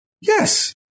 Yes